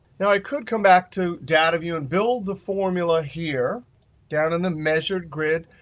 now i could come back to data view and build the formula here down in the measured grid,